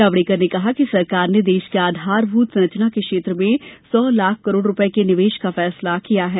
जावड़ेकर ने कहा कि सरकार ने देश के आधारभूत संरचना के क्षेत्र में सौ लाख करोड़ रूपये के निवेश का फैसला किया है